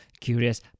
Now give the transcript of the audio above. Curious